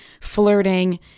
flirting